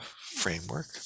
framework